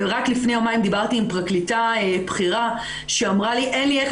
רק לפי יומיים דיברתי עם פרקליטה בכירה שאמרה לי: אין לי איך